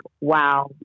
wow